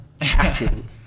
Acting